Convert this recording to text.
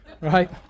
right